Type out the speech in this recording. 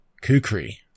Kukri